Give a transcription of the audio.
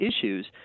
issues